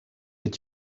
did